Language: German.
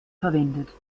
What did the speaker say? verwendet